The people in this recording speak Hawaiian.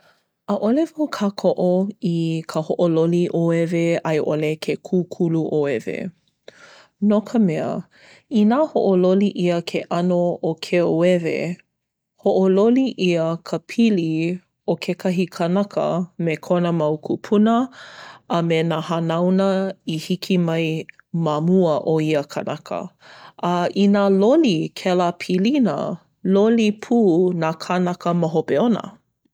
ʻAʻole wau kākoʻo i ka hoʻololi ōewe a i ʻole ke kūkulu ōewe. No ka mea, inā hoʻololi ʻia ke ʻano o ke ōewe, hoʻololi ʻia ka pili o kekahi kanaka me kona mau kūpuna a me nā hanauna i hiki mai ma mua o ia kanaka. A inā loli kēlā pilina, loli pū nā kānaka ma hope ona.